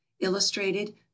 illustrated